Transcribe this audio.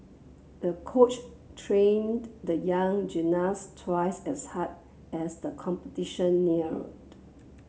the coach trained the young gymnast twice as hard as the competition neared